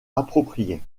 approprié